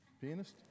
pianist